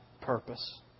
purpose